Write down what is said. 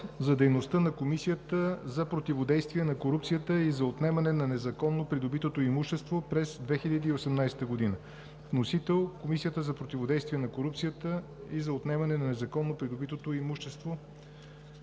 за дейността на Комисията за противодействие на корупцията и за отнемане на незаконно придобитото имущество през 2018 г., № 920-00-4, внесен от Комисията за противодействие на корупцията и за отнемане на незаконно придобитото имущество